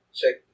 check